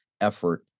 effort